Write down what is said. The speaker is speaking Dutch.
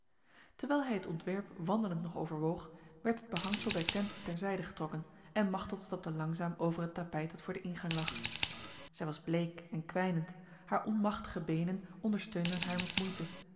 terwijl hij het ontwerp wandelend nog overwoog werd het behangsel der tent ter zijde getrokken en machteld stapte langzaam over het tapijt dat voor de ingang lag zij was bleek en kwijnend haar onmachtige benen ondersteunden haar met moeite